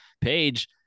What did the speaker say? page